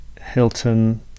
Hilton